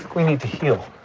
we need to heal.